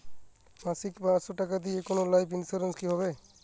মাসিক পাঁচশো টাকা দিয়ে কোনো লাইফ ইন্সুরেন্স হবে কি?